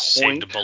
point